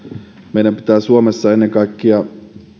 meidän pitää suomessa ennen kaikkea